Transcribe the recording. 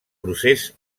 procés